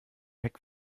heck